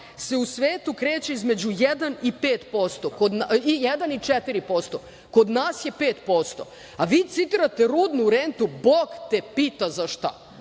se u svetu kreće između 1% i 4%, kod nas je 5%, a vi citirate rudnu rentu bog te pita za šta.